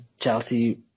Chelsea